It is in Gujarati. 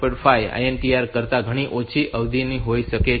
5 અને INTR કરતાં ઘણી ઓછી અવધિની હોઈ શકે છે